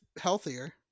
healthier